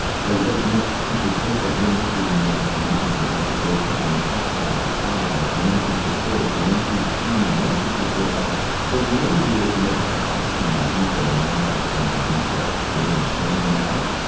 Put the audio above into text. so what makes people think that we're not getting the right information for those those people on the outside, the allies, the ones who support us, the ones who've seen and wanted to support us for many years, who never had the opportunity to do so. and now is the time to do so. we're gonna shun them out?